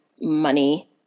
money